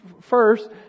First